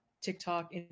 tiktok